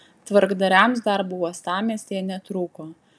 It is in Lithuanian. tvarkdariams darbo uostamiestyje netrūko